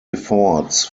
efforts